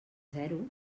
zero